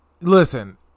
Listen